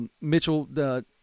Mitchell –